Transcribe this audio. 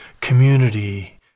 community